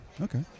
Okay